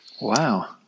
Wow